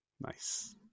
nice